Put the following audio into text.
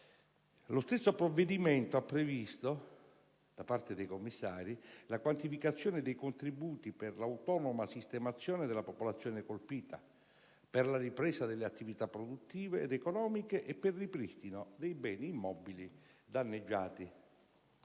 Lo stesso provvedimento ha previsto, da parte dei commissari, la quantificazione dei contributi per l'autonoma sistemazione della popolazione colpita, per la ripresa delle attività produttive ed economiche e per il ripristino dei beni immobili danneggiati.